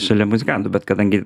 šalia muzikantų bet kadangi